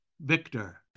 victor